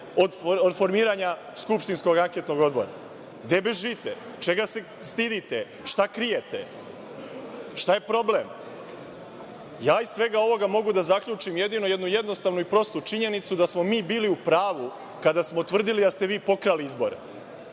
od formiranja skupštinskog anketnog odbora? Gde bežite? Čega se stidite? Šta krijete? Šta je problem? Ja iz svega ovoga mogu da zaključim jedino jednu jednostavnu i prostu činjenicu da smo mi bili u pravu kada smo tvrdili da ste vi pokrali izbore,